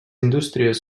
indústries